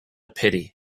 pity